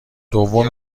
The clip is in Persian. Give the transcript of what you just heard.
دوم